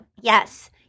yes